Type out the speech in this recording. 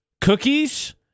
Cookies